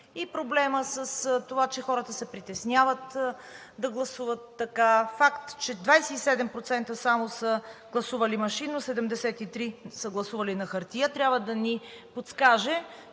и проблемът с това, че хората се притесняват да гласуват така – факт, че 27% само са гласували машинно, 73% са гласували на хартия, трябва да ни подскаже,